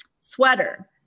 sweater